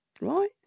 Right